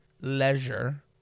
Leisure